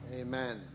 amen